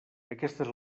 aquestes